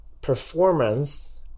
performance